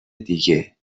دیگه